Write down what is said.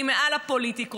היא מעל לפוליטיקות,